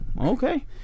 okay